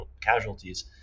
casualties